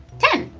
ten